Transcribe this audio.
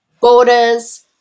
borders